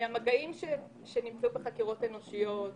אם הם לא נרשמו בעצמם - להכניס אותם באופן אקטיבי לרשימת חייבי הבידוד.